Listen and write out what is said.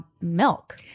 milk